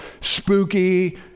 spooky